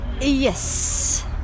Yes